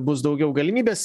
bus daugiau galimybės